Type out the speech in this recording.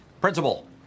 principal